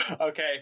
Okay